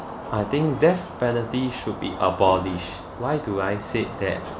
I think death penalty should be abolished why do I said that